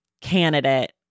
candidate